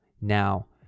now